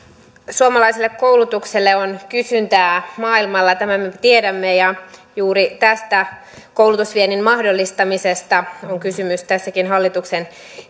suomalaiselle koulutukselle on kysyntää maailmalla ja tämän me tiedämme juuri tästä koulutusviennin mahdollistamisesta on kysymys tässäkin hallituksen